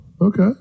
okay